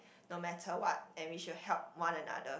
no matter what and we should help one another